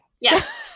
Yes